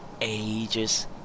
ages